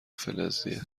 فلزیه